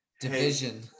division